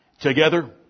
Together